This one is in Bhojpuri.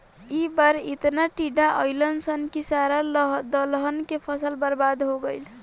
ए बार एतना टिड्डा अईलन सन की सारा दलहन के फसल बर्बाद हो गईल